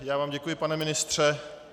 Já vám děkuji, pane ministře.